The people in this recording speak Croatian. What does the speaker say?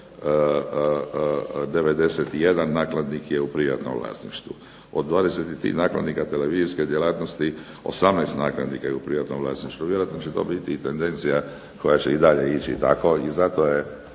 91 nakladnik je u privatnom vlasništvu. Od 23 nakladnika televizijske djelatnosti 18 nakladnika je u privatnom vlasništvu, vjerojatno će to biti tendencija koja će i dalje ići tako, zato je